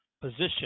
position